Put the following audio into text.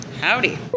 Howdy